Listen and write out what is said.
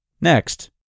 Next